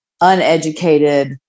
uneducated